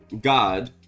God